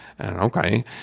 Okay